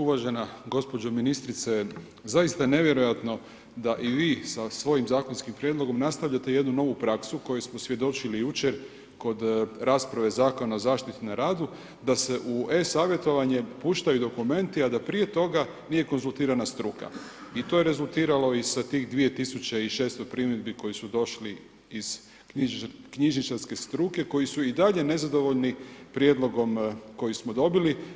Uvažena gospođo ministrice, zaista je nevjerojatno da i vi sa svojim zakonskim prijedlogom nastavljate jednu novu praksu kojoj smo svjedočili jučer kod rasprave Zakona o zaštiti na radu da se u e savjetovanje puštaju dokumenti, a da prije toga nije konzultirala struka i to je rezultiralo i sa tih 2600 primjedbi koji su došli iz knjižničarske struke koji su i dalje nezadovoljni prijedlogom koji smo dobili.